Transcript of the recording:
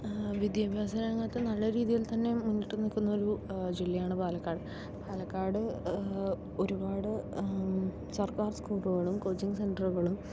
വിദ്യാഭ്യാസ രംഗത്ത് നല്ല രീതിയിൽ തന്നെ മുന്നിട്ടു നിൽക്കുന്നൊരു ജില്ലയാണ് പാലക്കാട് പാലക്കാട് ഒരുപാട് സർക്കാർ സ്കൂളുകളും കോച്ചിങ്ങ് സെന്ററുകളും